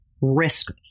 risk